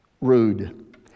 rude